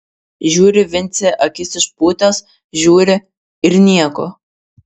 žiūri vincė akis išpūtęs žiūri ir nieko